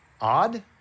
Odd